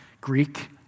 Greek